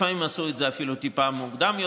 לפעמים עשו את זה אפילו טיפה מוקדם יותר,